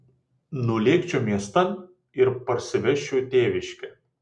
nulėkčiau miestan ir parsivežčiau į tėviškę